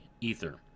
ether